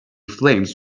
flames